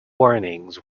warnings